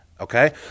okay